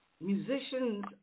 Musicians